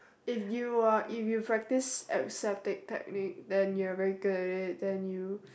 if you are if you practice aseptic then you are very good at it then you